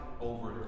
over